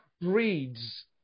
breeds